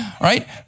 right